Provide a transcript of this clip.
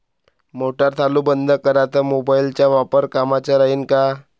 Motor चालू बंद कराच मोबाईलचा वापर कामाचा राहीन का?